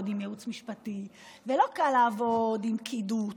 עם ייעוץ משפטי ולא קל לעבוד עם פקידות.